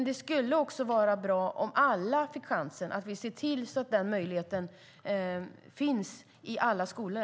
Det vore dock bra att alla fick chansen och att vi ser till att denna möjlighet finns i alla skolor.